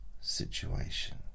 situation